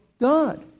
God